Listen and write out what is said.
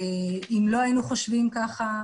אם לא היינו חושבים כך,